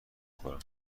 خورم